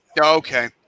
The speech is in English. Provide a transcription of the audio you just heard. okay